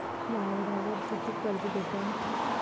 वावरावर कितीक कर्ज भेटन?